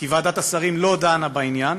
כי ועדת השרים לא דנה בעניין.